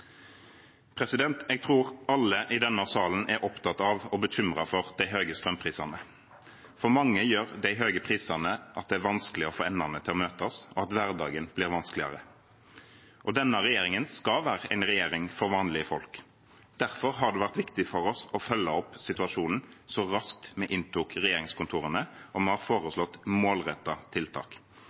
Jeg tror alle i denne salen er opptatt av og bekymret for de høye strømprisene. For mange gjør de høye prisene at det er vanskelig å få endene til å møtes, og at hverdagen blir vanskeligere. Denne regjeringen skal være en regjering for vanlige folk. Derfor var det viktig for oss å følge opp situasjonen så snart vi inntok regjeringskontorene, og vi har foreslått målrettede tiltak: